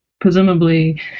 presumably